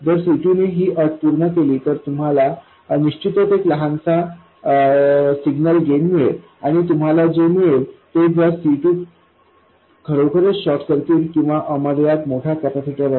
जर C2 ने ही अट पूर्ण केली तर तुम्हाला निश्चित एक लहानसा सिग्नल गेन मिळेल आणि तुम्हाला जे मिळाले ते जर C2 खरोखर शॉर्ट सर्किट किंवा अमर्याद मोठा कॅपेसिटर